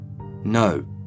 No